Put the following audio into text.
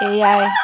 ᱮᱭᱟᱭ